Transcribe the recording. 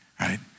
right